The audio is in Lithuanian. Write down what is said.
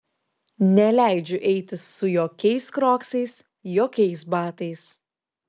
neleidžiu eiti su jokiais kroksais jokiais batais